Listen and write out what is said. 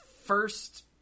first